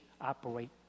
operate